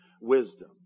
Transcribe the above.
wisdom